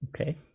Okay